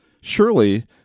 Surely